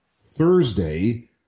Thursday